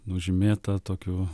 nužymėta tokiu